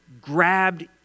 grabbed